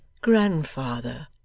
Grandfather